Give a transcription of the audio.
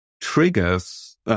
triggers